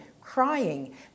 crying